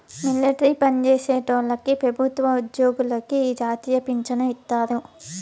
military పన్జేసేటోల్లకి పెబుత్వ ఉజ్జోగులకి ఈ జాతీయ పించను ఇత్తారు